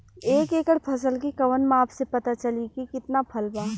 एक एकड़ फसल के कवन माप से पता चली की कितना फल बा?